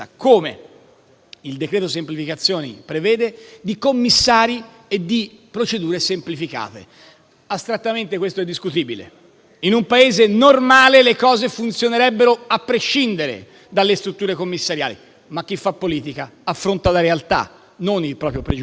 il decreto semplificazioni prevede, di commissari e di procedure semplificate. Astrattamente, questo è discutibile. In un Paese normale, le cose funzionerebbero a prescindere dalle strutture commissariali. Ma chi fa politica affronta la realtà, non il proprio pregiudizio ideologico.